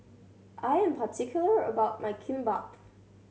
I am particular about my Kimbap